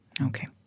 Okay